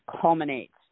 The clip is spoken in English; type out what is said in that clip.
culminates